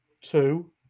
two